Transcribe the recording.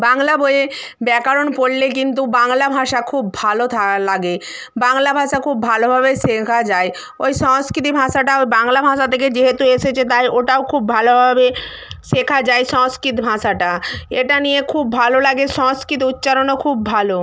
বাংলা বইয়ে ব্যাকরণ পড়লে কিন্তু বাংলা ভাষা খুব ভালো লাগে বাংলা ভাষা খুব ভালোভাবে শেখা যায় ওই সংস্কৃত ভাষাটা ওই বাংলা ভাষা থেকে যেহেতু এসেছে তাই ওটাও খুব ভালোভাবে শেখা যায় সংস্কৃত ভাষাটা এটা নিয়ে খুব ভালো লাগে সংস্কৃত উচ্চারণও খুব ভালো